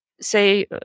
say